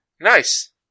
Nice